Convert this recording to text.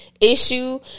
issue